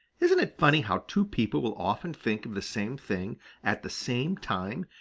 isn't it funny how two people will often think of the same thing at the same time,